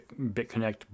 BitConnect